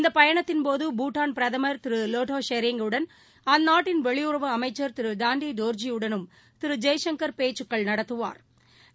இந்தபயணத்தின் போது பூட்டான் பிரதமர் திருலோட்டோஷெரிங் வுடனும் அந்தநாட்டின் வெளியுறவு அமைச்சா் திருடாண்டிடோா்ஜி யுடனும் திருஜெய்சங்கா் பேச்சுக்கள் நடத்துவாா்